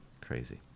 Crazy